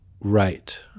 right